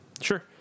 Sure